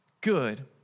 good